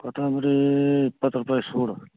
ಕೊತ್ತಂಬ್ರಿ ಇಪ್ಪತ್ತು ರೂಪಾಯಿ ಸೂಡು